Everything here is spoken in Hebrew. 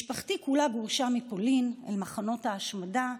משפחתי כולה גורשה מפולין אל מחנות ההשמדה,